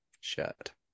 shirt